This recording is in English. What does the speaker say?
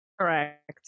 Correct